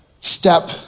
step-